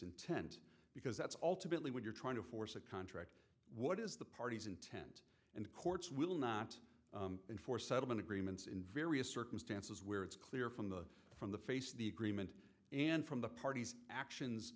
intent because that's all typically when you're trying to force a contract what is the party's intent and the courts will not enforce settlement agreements in various circumstances where it's clear from the from the face of the agreement and from the parties actions